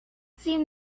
seen